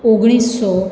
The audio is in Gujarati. ઓગણીસસો